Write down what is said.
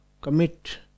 commit